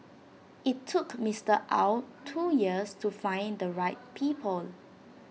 IT took Mister Ow two years to find the right people